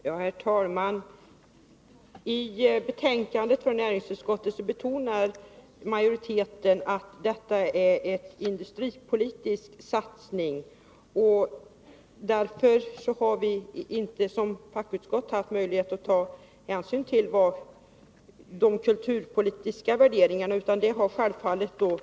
Herr talman! I betänkandet från utskottet betonar majoriteten att detta är en industripolitisk satsning. Som fackutskott har vi inte kunnat göra några kulturpolitiska värderingar utan det har kulturutskottet gjort.